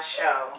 show